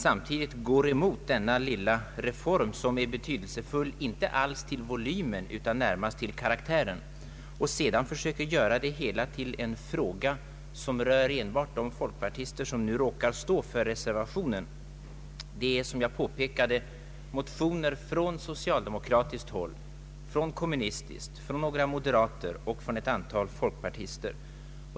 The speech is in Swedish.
Samtidigt gick han dock emot denna lilla reform, som är betydelsefull, inte alls till volymen utan närmast till karaktären. Herr Björk försökte göra det hela till en fråga som berör endast de folkpartister som nu står för reservationen. Det finns, som jag påpekade, motioner från socialdemokratiskt håll, från kommunistiskt, från några moderater och från ett antal folkpartister.